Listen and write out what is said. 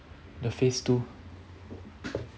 the phase two